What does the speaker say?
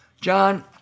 John